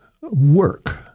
work